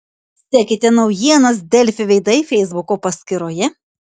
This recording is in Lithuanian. sekite naujienas delfi veidai feisbuko paskyroje